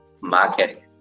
market